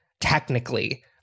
technically